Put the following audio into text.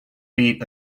beat